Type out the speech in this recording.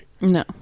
No